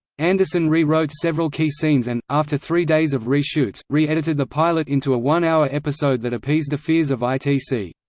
anderson re-wrote several key scenes and, after three days of re-shoots, re-edited the pilot into a one-hour episode that appeased the fears of itc.